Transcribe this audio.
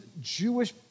Jewish